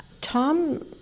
Tom